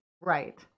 Right